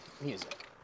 music